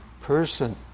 person